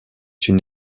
une